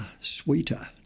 sweeter